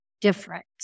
different